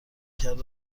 کرد